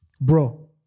bro